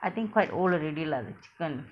I think quite old already lah the chicken